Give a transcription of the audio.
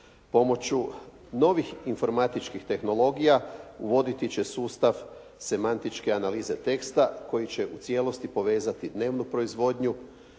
Pomoću novih informatičkih tehnologija uvoditi će sustav semantičke analize teksta koji će u cijelosti povezati dnevnu proizvodnju